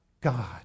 God